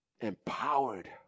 empowered